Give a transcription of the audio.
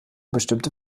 bestimmte